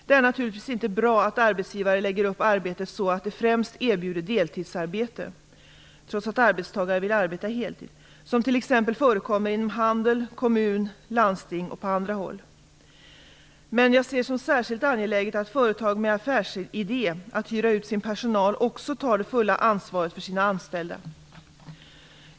Det är naturligtvis inte bra att arbetsgivare lägger upp arbetet så att de främst erbjuder deltidsarbete, trots att arbetstagarna vill arbeta heltid, som förekommer inom t.ex. handel, kommun och landsting och på andra håll. Men jag ser som särskilt angeläget att företag med affärsidé att hyra ut sin personal också tar det fulla ansvaret för sina anställda.